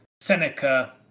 Seneca